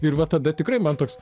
ir va tada tikrai man toks